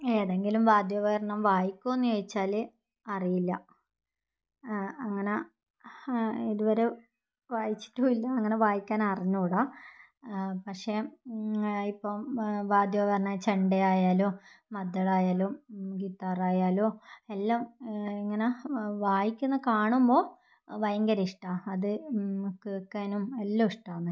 ഏതെങ്കിലും വാദ്യോപകരണം വായിക്കുമോയെന്ന് ചോദിച്ചാൽ അറിയില്ല അങ്ങനെ ഇതുവരെ വായിച്ചിട്ടുമില്ല അങ്ങനെ വായിക്കാൻ അറിഞ്ഞൂകൂട പക്ഷേ ഇപ്പം വാദ്യോപകരണം ചെണ്ടയായാലോ മദ്ദളമായാലും ഗിത്താറായാലോ എല്ലാം ഇങ്ങനെ വായിക്കുന്ന കാണുമ്പോൾ ഭയങ്കര ഇഷ്ടമാണ് അത് കേൾക്കാനും എല്ലാം ഇഷ്ടമാണ്